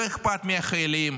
לא אכפת מהחיילים,